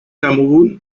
cameroun